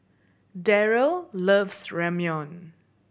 Daryle loves Ramyeon